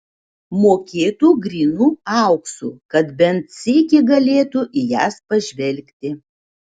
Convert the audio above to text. mokėtų grynu auksu kad bent sykį galėtų į jas pažvelgti